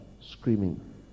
screaming